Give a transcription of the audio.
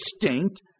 distinct